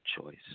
choice